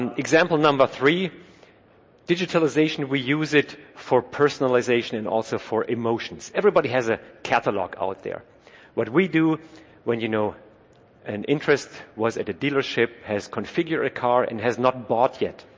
and example number three digitalization we use it for personalization and also for emotions everybody has a catalog out there what we do when you know an interest was at a dealership has configured a car and has not bought yet